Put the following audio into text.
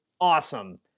awesome